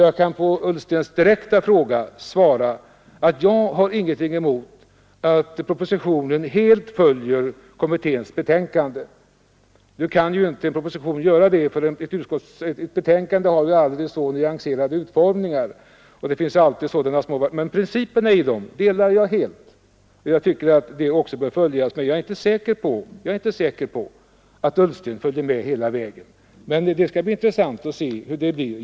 På herr Ullstens direkta fråga kan jag svara att jag har ingenting emot att propositionen helt följer kommitténs betänkande. Nu kan ju inte en proposition göra det, för ett betänkande har aldrig en så nyanserad utformning. Men principerna i betänkandet ansluter jag mig helt till, och jag tycker att de bör följas. Men jag är inte säker på att herr Ullsten följer med hela vägen — det skall bli intressant att se.